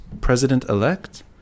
president-elect